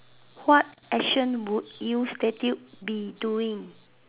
what action would you statue be doing